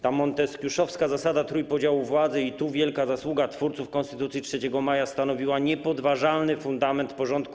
Ta monteskiuszowska zasada trójpodziału władzy - i tu wielka zasługa twórców Konstytucji 3 maja - stanowiła niepodważalny fundament porządku